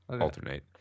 alternate